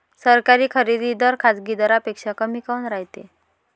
सरकारी खरेदी दर खाजगी दरापेक्षा कमी काऊन रायते?